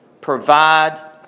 provide